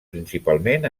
principalment